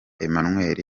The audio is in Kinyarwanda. emmanuel